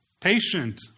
patient